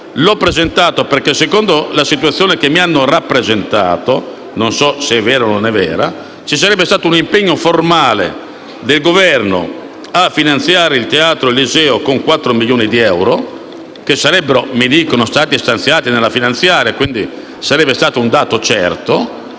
teatro Eliseo perché, secondo la situazione che mi è stata rappresentata (ma non so se sia vera o no), ci sarebbe stato un impegno formale del Governo a finanziare il teatro Eliseo con 4 milioni di euro, che mi dicono sarebbero stati stanziati nella finanziaria, quindi sarebbe un dato certo.